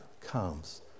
comes